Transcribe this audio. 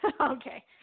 Okay